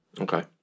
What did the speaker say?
Okay